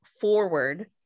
forward